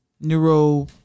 neuro